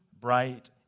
bright